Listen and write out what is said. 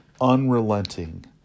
unrelenting